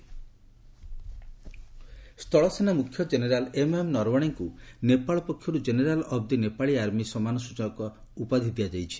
army chief ସ୍ଥଳସେନା ମୁଖ୍ୟ general M M ନରବଣେଙ୍କୁ ନେପାଳ ପକ୍ଷରୁ general of the Nepali army ସମ୍ମାନ ସୂଚକ ଉପାଧି ଦିଆଯାଇଛି